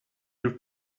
your